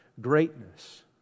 greatness